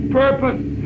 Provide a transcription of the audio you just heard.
purpose